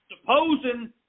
supposing